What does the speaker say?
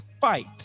fight